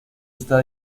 está